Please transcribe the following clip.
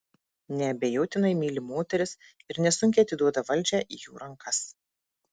neabejotinai myli moteris ir nesunkiai atiduoda valdžią į jų rankas